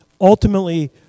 ultimately